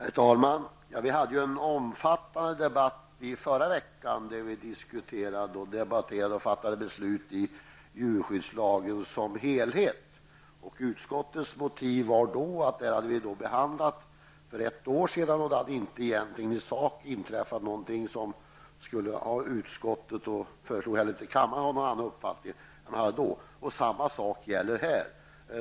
Herr talman! Vi hade en omfattande debatt i förra veckan, då vi diskuterade och fattade beslut om djurskyddslagen som helhet. Utskottets motiv då var att vi hade behandlat ärendet för ett år sedan och att det egentligen i sak inte inträffat någonting som skulle ha gett utskottet eller kammaren någon ändrad uppfattning. Samma sak gäller här.